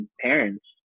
parents